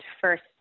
first